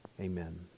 Amen